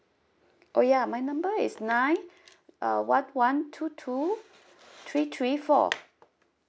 oh ya my number is nine uh one one two two three three four